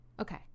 Okay